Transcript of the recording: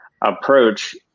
approach